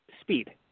Speed